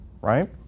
right